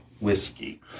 Whiskey